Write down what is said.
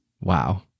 Wow